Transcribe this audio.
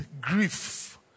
grief